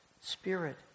Spirit